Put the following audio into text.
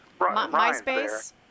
Myspace